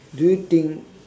do you think